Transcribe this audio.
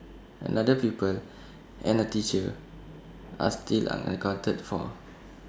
another pupil and A teacher are still unaccounted for